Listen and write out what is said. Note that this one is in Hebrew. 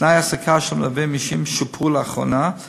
תנאי ההעסקה של המלווים האישיים שופרו לאחרונה,